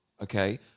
okay